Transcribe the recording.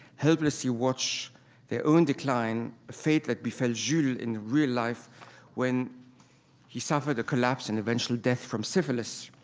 helplessly watch their own decline, a fate that befell jules in real life when he suffered a collapse and eventual death from syphilis,